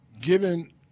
given